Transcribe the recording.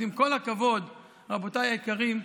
אז עם כל הכבוד, רבותיי היקרים,